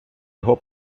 його